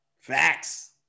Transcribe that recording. Facts